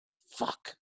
Fuck